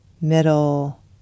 middle